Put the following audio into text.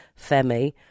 Femi